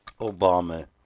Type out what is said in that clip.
Obama